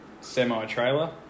semi-trailer